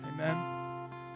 Amen